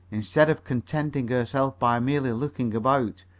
instead of contenting herself by merely looking about,